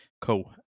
Cool